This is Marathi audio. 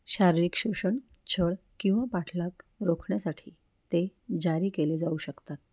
शारीरिक शोषण छळ किंवा पाठलाग रोखण्यासाठी ते जारी केले जाऊ शकतात